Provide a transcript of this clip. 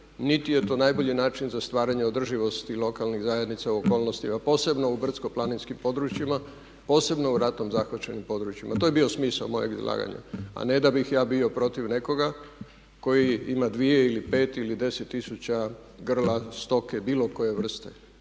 niti je to najbolji način za stvaranje održivosti lokalnih zajednica u okolnostima, posebno u brdsko-planinskim područjima, posebno u ratom zahvaćenim područjima. To je bio smisao mojeg izlaganja a ne da bih ja bio protiv nekoga koji ima 2 ili 5 ili 10 tisuća grla stoke bilo koje vrste.